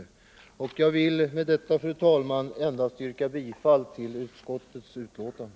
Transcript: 125 Jag yrkar, fru talman, bifall till utskottets hemställan.